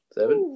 Seven